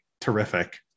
terrific